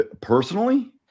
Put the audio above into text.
Personally